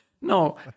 No